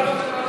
תודה.